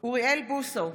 בהצבעה אוריאל בוסו,